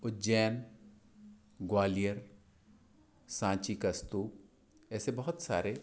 उज्जैन ग्वालियर साँची का स्तूप ऐसे बहुत सारे